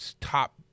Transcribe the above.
top